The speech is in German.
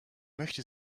möchte